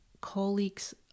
colleagues